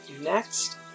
Next